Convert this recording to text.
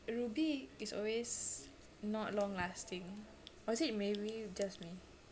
rubi is always not long lasting or is it maybe just me